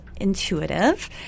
intuitive